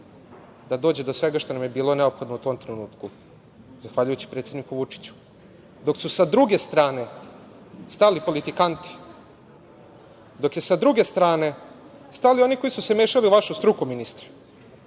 da dođe do svega što nam je bilo neophodno u tom trenutku zahvaljujući predsedniku Vučiću dok su sa druge strane stali politikanti, dok su sa druge strane stali oni koji su se mešali u vašu struku ministre,